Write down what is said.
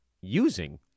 using